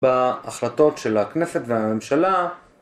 בהחלטות של הכנסת והממשלה.